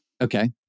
Okay